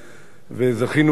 וזכינו,